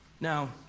Now